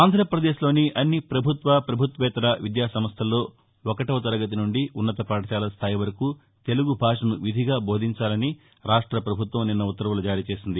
ఆంధ్రాపదేశ్లోని అన్ని పభుత్వ ప్రభుత్వేతర విద్యాసంస్థల్లో ఒకటో తరగతి నుండి ఉన్నత పాఠశాల స్థాయి వరకు తెలుగు భాషను విధిగా బోధించాలని రాష్ట్ర ప్రభుత్వం నిన్న ఉత్తర్వులు జారీ చేసింది